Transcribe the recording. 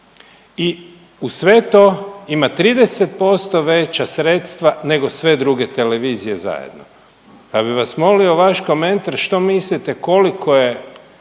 I uz sve to ima 30% veća sredstva nego sve druge televizije zajedno, pa bi vas molimo vaš komentar što mislite koliko je